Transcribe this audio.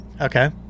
okay